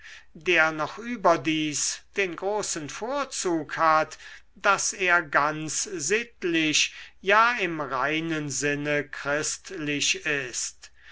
der noch überdies den großen vorzug hat daß er ganz sittlich ja im reinen sinne christlich ist